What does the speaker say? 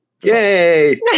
Yay